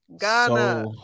Ghana